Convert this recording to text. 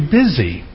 busy